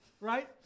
right